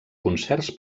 concerts